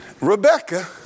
Rebecca